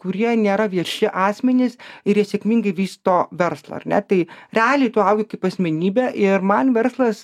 kurie nėra vieši asmenys ir jie sėkmingai vysto verslą ar ne tai realiai tu augi kaip asmenybė ir man verslas